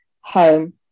home